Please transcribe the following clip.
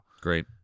great